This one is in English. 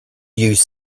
use